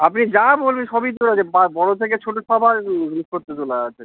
আপনি যা বলবেন সবই তোলা আছে বা বড়ো থেকে ছোটো সবার জিনিসপত্র তোলা আছে